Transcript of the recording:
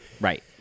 right